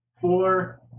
four